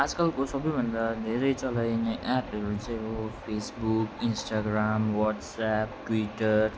आजकलको सबैभन्दा धेरै चलाइने एपहरू चाहिँ फेसबुक इन्स्टाग्राम वाट्सएप ट्विटर